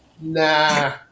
Nah